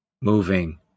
moving